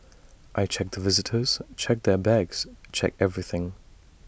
I check the visitors check their bags check everything